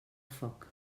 foc